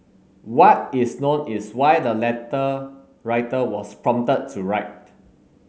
what is known is why the letter writer was prompted to write